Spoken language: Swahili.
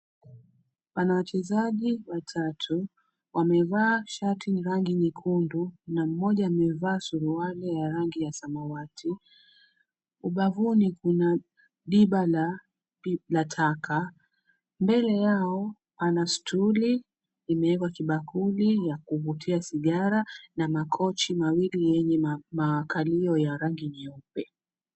Pana wachezaji watatu, wamevaa shati ya rangi nyekundu na mmoja amevaa suruali ya rangi ya samawati. Ubavuni kuna diba la taka. Mbele yao pana stuli limeekwa kibakuli ya kuvutia sigara na makochi mawili yenye makalio ya rangi nyeupe.